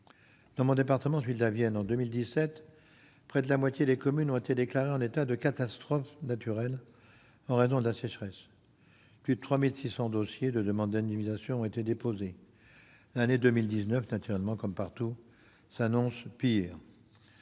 Dans mon département de la Vienne, en 2017, près de la moitié des communes ont été déclarées en état de catastrophe naturelle en raison de la sécheresse. Plus de 3 600 dossiers de demande d'indemnisation ont été déposés. L'année 2019, comme partout, s'annonce